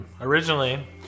originally